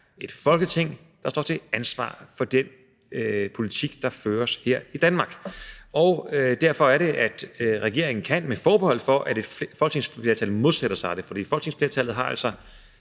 et Folketing, der står til ansvar for den politik, der føres her i Danmark. Det er derfor, at regeringen kan – med forbehold for at et folketingsflertal modsætter sig det, for folketingsflertallet er altså